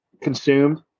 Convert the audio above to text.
consumed